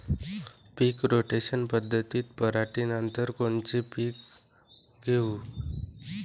पीक rotation पद्धतीत पराटीनंतर कोनचे पीक घेऊ?